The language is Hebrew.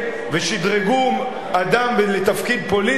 ושדרגו אדם לתפקיד פוליטי,